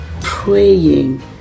praying